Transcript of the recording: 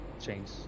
change